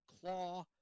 claw